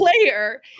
player